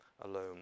alone